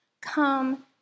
Come